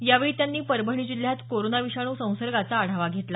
यावेळी त्यांनी परभणी जिल्ह्यात कोरोना विषाणू संसर्गाचा आढावा घेतला